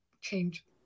change